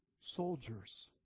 soldiers